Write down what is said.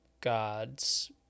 God's